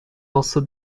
also